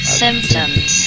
symptoms